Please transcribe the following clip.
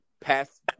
pass